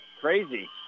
crazy